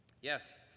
Yes